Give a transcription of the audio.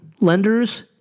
lenders